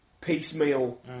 piecemeal